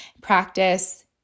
practice